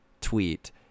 tweet